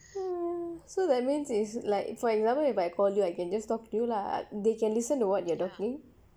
so that means is like for example if I call you I can just talk to you lah they can listen to what you are talking